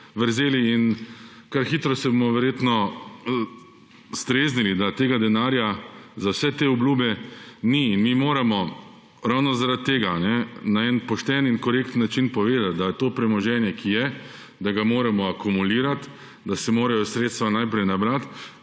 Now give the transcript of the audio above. vrzeli in kar hitro se bomo verjetno streznili, da tega denarja za vse te obljube ni. Mi moramo ravno zaradi tega na en pošten in korekten način povedati, da to premoženje, ki je, da ga moramo akumulirati, da se morajo sredstva najprej nabrati